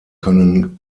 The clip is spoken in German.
können